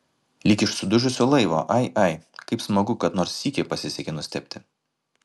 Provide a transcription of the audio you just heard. lyg iš sudužusio laivo ai ai kaip smagu kad nors sykį pasisekė nustebti